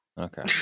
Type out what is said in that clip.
Okay